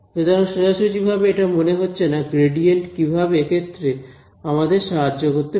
সুতরাং সোজাসুজিভাবে এটা মনে হচ্ছে না গ্রেডিয়েন্ট কিভাবে এক্ষেত্রে আমাদের সাহায্য করতে পারে